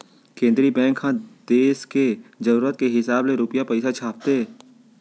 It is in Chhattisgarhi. केंद्रीय बेंक ह देस के जरूरत के हिसाब ले रूपिया पइसा छापथे